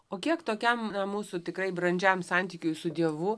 o kiek tokiam mūsų tikrai brandžiam santykiui su dievu